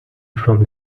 from